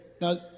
now